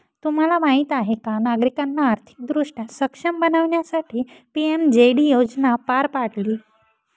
तुम्हाला माहीत आहे का नागरिकांना आर्थिकदृष्ट्या सक्षम बनवण्यासाठी पी.एम.जे.डी योजना पार पाडली